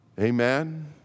Amen